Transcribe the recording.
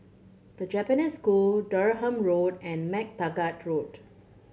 The Japanese School Durham Road and MacTaggart Road